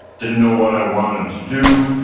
didn't know what i wanted to do.